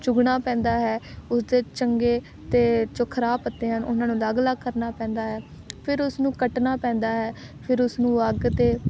ਚੁਗਣਾ ਪੈਂਦਾ ਹੈ ਉਸਦੇ ਚੰਗੇ ਅਤੇ ਜੋ ਖਰਾਬ ਪੱਤੇ ਹਨ ਉਹਨਾਂ ਨੂੰ ਅਲੱਗ ਅਲੱਗ ਕਰਨਾ ਪੈਂਦਾ ਹੈ ਫਿਰ ਉਸਨੂੰ ਕੱਟਣਾ ਪੈਂਦਾ ਹੈ ਫਿਰ ਉਸਨੂੰ ਅੱਗ 'ਤੇ